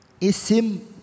isim